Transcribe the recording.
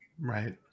right